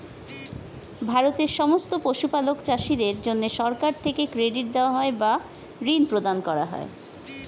ভারতের সমস্ত পশুপালক চাষীদের জন্যে সরকার থেকে ক্রেডিট দেওয়া হয় বা ঋণ প্রদান করা হয়